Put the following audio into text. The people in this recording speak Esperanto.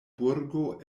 burgo